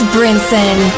Brinson